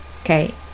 okay